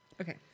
Okay